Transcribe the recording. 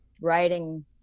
writing